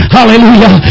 Hallelujah